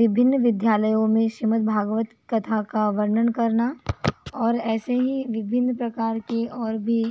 विभिन्न विद्यालयों में श्रीमद भागवत कथा का वर्णन करना और ऐसे ही विभिन्न प्रकार की और भी